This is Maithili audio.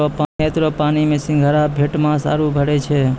खेत रो पानी मे सिंघारा, भेटमास आरु फरै छै